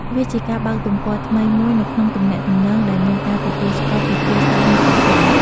វាជាការបើកទំព័រថ្មីមួយនៅក្នុងទំនាក់ទំនង ដែលមានការទទួលស្គាល់ពីគ្រួសារ និងសង្គម។